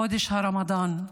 חודש הרמדאן,